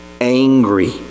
angry